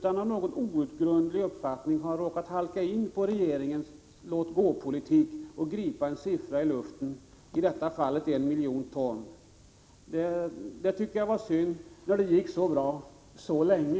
Av någon outgrundlig anledning har han i stället råkat halka in på regeringens låt-gå-politik och gripit en siffra ur luften, i detta fall I miljon ton. Det tycker jag var synd, när det gick så bra så länge.